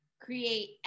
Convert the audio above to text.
create